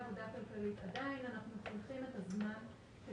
עדיין אנחנו צריכים את הזמן.